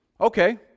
Okay